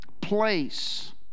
place